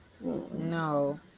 No